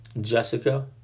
Jessica